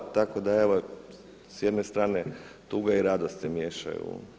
Tako da evo s jedne strane tuga i radost se miješaju.